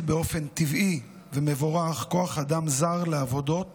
באופן טבעי מבורך כוח אדם זר לעבודות